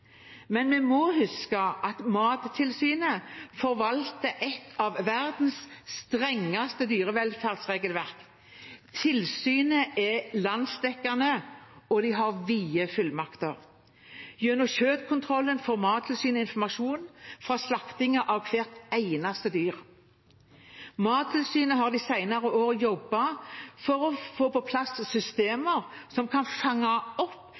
Men vi må huske at Mattilsynet forvalter et av verdens strengeste dyrevelferdsregelverk. Tilsynet er landsdekkende, og de har vide fullmakter. Gjennom kjøttkontrollen får Mattilsynet informasjon fra slaktingen av hvert eneste dyr. Mattilsynet har de senere årene jobbet for å få på plass systemer som skal fange opp